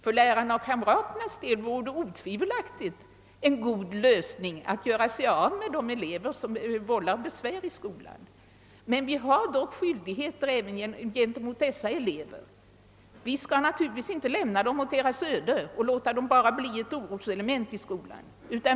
För lärare och kamrater vore det otvivelaktigt en god lösning att göra sig av med de elever som vållar besvär i skolan. Men vi har dock skyldigheter även gentemot dessa elever. Vi skall naturligtvis inte lämna dem åt deras öde och bara låta dem bli ett oroselement i skolan.